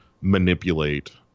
manipulate